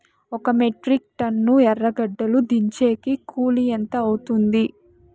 ఒక metric ton ఎర్రగడ్డలు దించేకి కూలి ఎంత అవుతుంది?